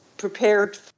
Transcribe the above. prepared